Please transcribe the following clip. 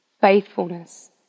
faithfulness